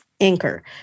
Anchor